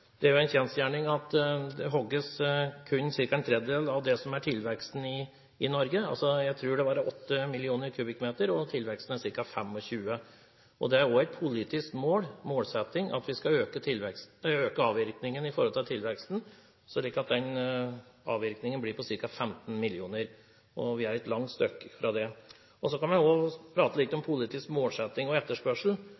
Det er en kjensgjerning at det hogges kun ca. en tredjedel av tilveksten i Norge. Jeg tror det var 8 mill. m3, og tilveksten er på ca. 25. Det er også en politisk målsetting at vi skal øke avvirkningen i forhold til tilveksten, slik at avvirkningen blir på ca. 15 mill. m3. Vi er et langt stykke fra det. Så kan vi også prate litt om